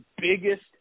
biggest